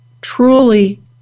truly